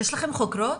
יש לכם חוקרות?